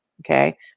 okay